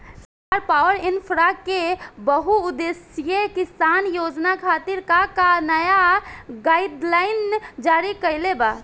सरकार पॉवरइन्फ्रा के बहुउद्देश्यीय किसान योजना खातिर का का नया गाइडलाइन जारी कइले बा?